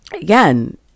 again